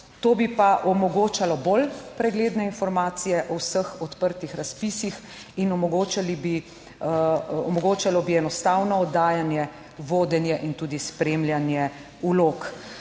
To bi pa omogočalo bolj pregledne informacije o vseh odprtih razpisih in omogočali bi, omogočalo bi enostavno oddajanje, vodenje in tudi spremljanje vlog.